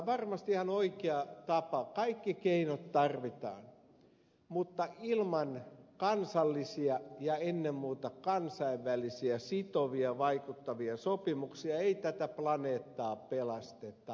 varmasti ihan oikea tapa kaikki keinot tarvitaan mutta ilman kansallisia ja ennen muuta kansainvälisiä sitovia vaikuttavia sopimuksia ei tätä planeettaa pelasteta